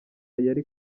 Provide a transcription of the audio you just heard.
yari